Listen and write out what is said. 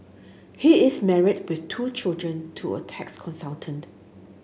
he is married with two children to a tax consultant